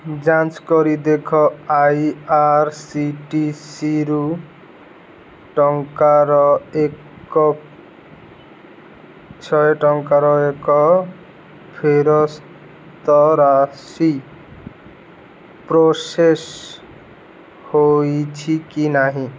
ଯାଞ୍ଚ କରି ଦେଖ ଆଇଆର୍ସିଟିସିରୁ ଟଙ୍କାର ଏକ ଶହେ ଟଙ୍କାର ଏକ ଫେରସ୍ତ ରାଶି ପ୍ରୋସେସ୍ ହେଇଛି କି ନାହିଁ